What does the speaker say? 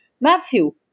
Matthew